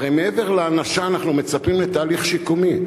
הרי מעבר להענשה אנחנו מצפים לתהליך שיקומי.